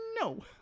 No